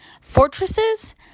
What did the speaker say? Fortresses